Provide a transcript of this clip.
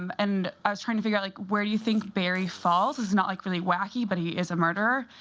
um and i was trying to figure out, like, where do you think barry falls? he's not like really wacky, but he is a murderer.